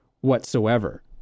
whatsoever